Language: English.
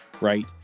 right